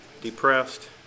depressed